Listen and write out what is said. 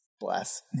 bless